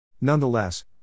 Nonetheless